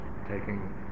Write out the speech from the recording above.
taking